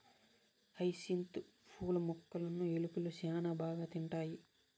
hyacinth పూల మొక్కలును ఎలుకలు శ్యాన బాగా తింటాయి